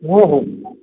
हो हो